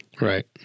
right